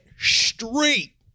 straight